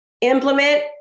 implement